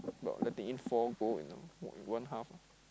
about letting in four goal in a one one half ah